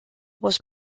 was